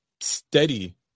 steady